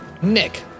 Nick